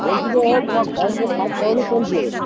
বলছি যে তোমার ঘরের যে কাজ কতো দূর চলছে